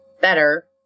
better